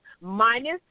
minus